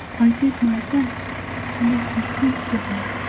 i did my best to make you comfortable,